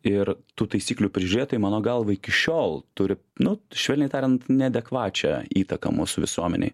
ir tų taisyklių prižiūrėtojai mano galva iki šiol turi nu švelniai tariant neadekvačią įtaką mūsų visuomenėj